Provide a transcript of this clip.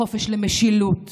החופש למשילות,